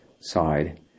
side